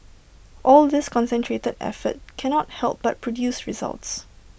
all this concentrated effort cannot help but produce results